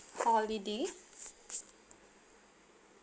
for holiday